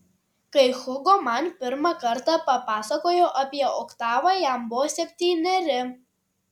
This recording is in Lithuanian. kai hugo man pirmą kartą papasakojo apie oktavą jam buvo septyneri